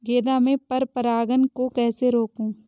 गेंदा में पर परागन को कैसे रोकुं?